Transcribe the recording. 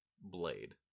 blade